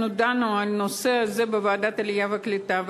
דנו בנושא הזה בוועדת העלייה והקליטה,